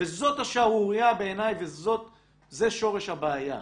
וזאת השערורייה בעיניי וזה שורש הבעיה.